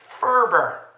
fervor